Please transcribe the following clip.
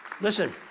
Listen